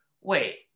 wait